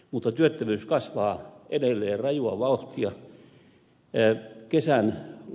mutta työttömyys kasvaa edelleen rajua vauhtia